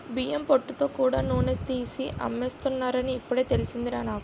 బియ్యం పొట్టుతో కూడా నూనె తీసి అమ్మేస్తున్నారని ఇప్పుడే తెలిసిందిరా నాకు